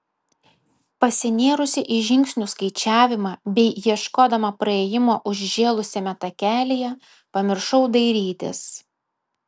pasinėrusi į žingsnių skaičiavimą bei ieškodama praėjimo užžėlusiame takelyje pamiršau dairytis